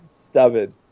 Stubborn